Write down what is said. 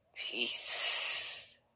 peace